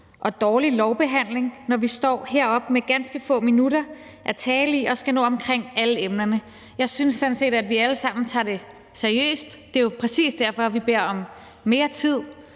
og dårlig lovbehandling, når vi står heroppe med ganske få minutter at tale i og skal nå omkring alle emnerne. Jeg synes sådan set, at vi alle sammen tager det seriøst; det er jo præcis derfor, vi beder om mere tid